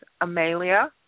Amelia